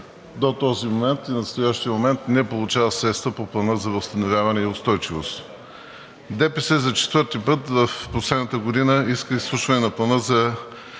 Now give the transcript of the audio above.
която до настоящия момент не получава средства по Плана за възстановяване и устойчивост. ДПС за четвърти път в последната година иска изслушване на Плана за